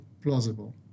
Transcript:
plausible